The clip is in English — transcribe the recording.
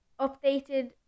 updated